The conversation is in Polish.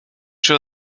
czy